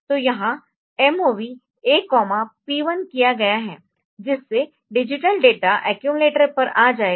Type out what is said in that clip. तो यहां MOV A P1 किया गया है जिससे डिजिटल डेटा अक्युमलेटर पर आ जाएगा